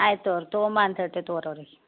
ಆಯ್ತು ತಗೊಂಬ ಅಂತ ಹೇಳ್ತೀವಿ ತಗೋರಿ ಅವ್ರಿಗೆ